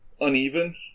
uneven